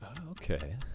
Okay